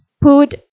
put